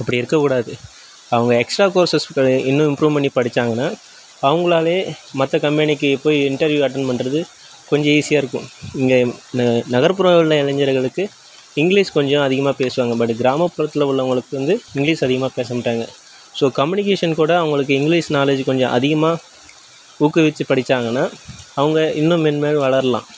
அப்படி இருக்கக்கூடாது அவங்க எக்ஸ்ட்ரா கோர்ஸஸ் ப இன்னும் இம்ப்ரூவ் பண்ணி படித்தாங்கன்னா அவங்களாலே மற்ற கம்பெனிக்கு போய் இன்டர்வியூ அட்டன்ட் பண்ணுறது கொஞ்சம் ஈஸியாக இருக்கும் இங்கே ந நகர்ப்புற உள்ள இளைஞர்களுக்கு இங்கிலீஷ் கொஞ்சம் அதிகமாக பேசுவாங்க பட்டு கிராமப்புறத்தில் உள்ளவர்களுக்கு வந்து இங்கிலீஷ் அதிகமாக பேச மாட்டாங்க ஸோ கம்முனிகேஷன் கூட அவங்களுக்கு இங்கிலீஷ் நாலேஜு கொஞ்சம் அதிகமாக ஊக்குவிச்சு படித்தாங்கன்னா அவங்க இன்னும் மேன்மேலும் வளரலாம்